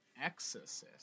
Exorcist